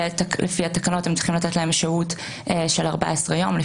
ולפי התקנות הם צריכים לתת להם שהות של 14 יום.